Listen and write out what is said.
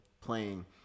playing